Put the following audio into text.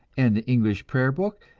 and the english prayer book,